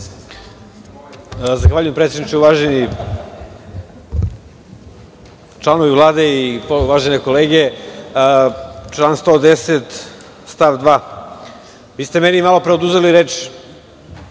Zahvaljujem, predsedniče. Uvaženi članovi Vlade i uvažene kolege, član 110. stav 2. Vi ste meni malopre oduzeli reč